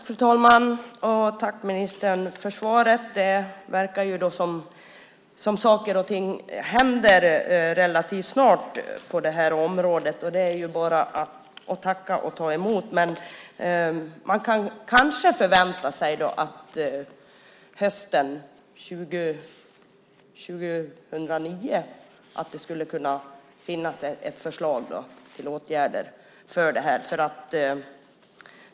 Fru talman! Tack, ministern, för svaret! Det verkar som om saker och ting händer relativt snart på det här området, och det är bara att tacka och ta emot. Man kanske kan förvänta sig att det finns ett förslag till åtgärder för detta hösten 2009.